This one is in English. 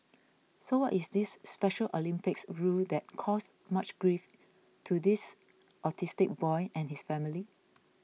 so what is this Special Olympics rule that caused much grief to this autistic boy and his family